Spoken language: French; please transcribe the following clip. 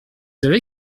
avez